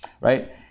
right